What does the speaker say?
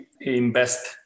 invest